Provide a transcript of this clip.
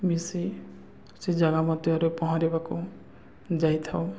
ମିଶି ସେ ଜାଗା ମଧ୍ୟରେ ପହଁରିବାକୁ ଯାଇଥାଉ